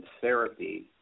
therapy